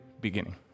beginning